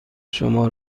شما